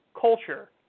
culture